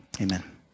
amen